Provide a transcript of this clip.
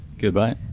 Goodbye